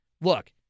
look